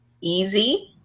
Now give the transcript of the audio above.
easy